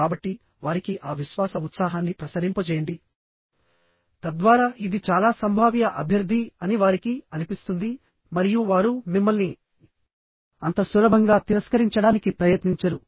కాబట్టి వారికి ఆ విశ్వాస ఉత్సాహాన్ని ప్రసరింపజేయండి తద్వారా ఇది చాలా సంభావ్య అభ్యర్థి అని వారికి అనిపిస్తుంది మరియు వారు మిమ్మల్ని అంత సులభంగా తిరస్కరించడానికి ప్రయత్నించరు